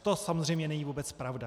To samozřejmě není vůbec pravda.